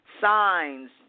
Signs